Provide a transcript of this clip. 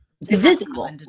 divisible